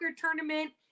tournament